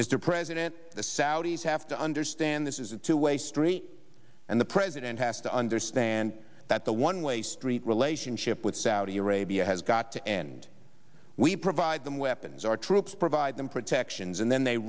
mr president the saudis have to understand this is a two way street and the president has to understand that the one way street relationship with saudi arabia has got to end we provide them weapons our troops provide them protections and then they